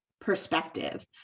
perspective